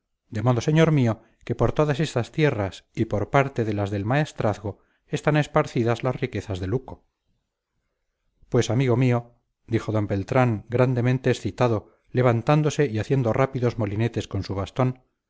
de modo señor mío que por todas estas tierras y por parte de las del maestrazgo están esparcidas las riquezas de luco pues amigo mío dijo d beltrán grandemente excitado levantándose y haciendo rápidos molinetes con su bastón